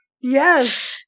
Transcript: Yes